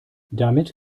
damit